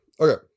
Okay